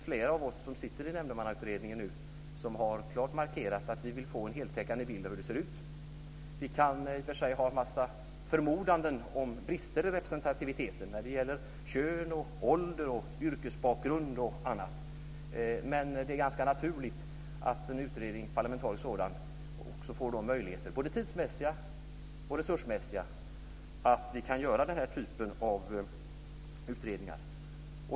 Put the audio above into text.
Fler av oss som sitter i Nämndemannautredningen har klart markerat att vi vill få en heltäckande bild av hur det ser ut. Vi kan i och för sig ha en mängd förmodanden om brister i representativiteten när det gäller kön, ålder, yrkesbakgrund och annat. Det är ganska naturligt att en parlamentarisk utredning också får möjligheter, både tidsmässiga och resursmässiga, att göra den här typen av utredningar.